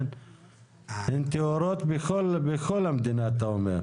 הן טהורות בכל המדינה, אתה אומר?